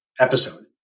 episode